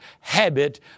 habit